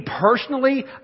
personally